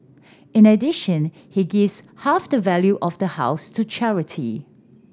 in addition he gives half the value of the house to charity